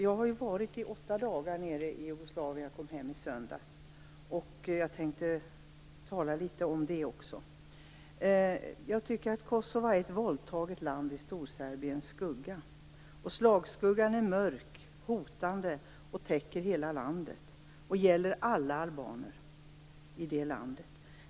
Jag har varit nere i Jugoslavien i åtta dagar. Jag kom hem i söndags. Jag tänkte tala litet om det också. Jag tycker att Kosova är ett våldtaget land i Stor Serbiens skugga. Slagskuggan är mörk, hotande, täcker hela landet och gäller alla albaner i landet.